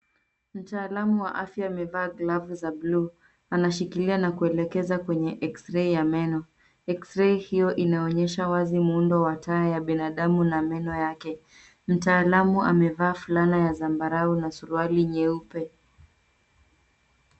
Mtaalumu wa afya amevaa glavu za buluu. Anashikilia na kuelekeza kwenye eksirei ya meno. Eksirei hio inaonyesha wazi muundo wa taa ya binadamu na meno yake. Mtaalamu amevaa fulana ya zambarau na suruali nyeupe.